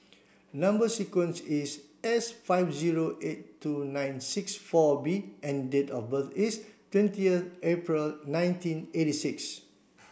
number sequence is S five zero eight two nine six four B and date of birth is twentieth April nineteen eighty six